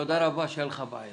תודה רבה שאין לך בעיה,